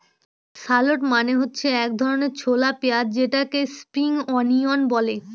shallot মানে হচ্ছে এক ধরনের ছোলা পেঁয়াজ যেটাকে স্প্রিং অনিয়ন বলে